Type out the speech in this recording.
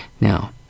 Now